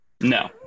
No